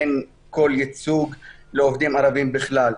ואין כל ייצוג לעובדים ערבים בכלל.